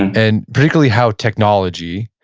and particularly, how technology,